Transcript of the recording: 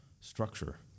structure